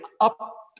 up